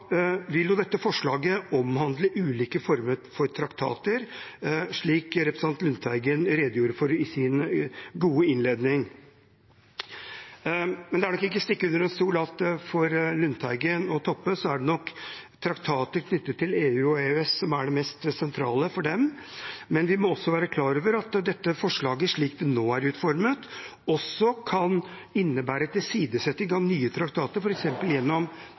vil dette forslaget omhandle ulike former for traktater, slik representanten Lundteigen redegjorde for i sin gode innledning. Det er ikke til å stikke under stol at for Lundteigen og Toppe er det nok traktater knyttet til EU og EØS som er det mest sentrale, men vi må også være klar over at dette forslaget, slik det nå er utformet, også kan innebære tilsidesetting av nye traktater, f.eks. gjennom